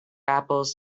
apples